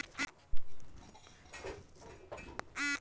bank के यही सब सुविधा के कारन लोग आपन पइसा बैंक में जमा करेलन